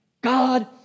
God